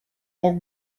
мог